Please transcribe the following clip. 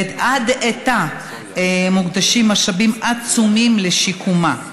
ועד עתה מוקדשים משאבים עצומים לשיקומה.